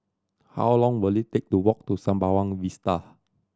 how long will it take to walk to Sembawang Vista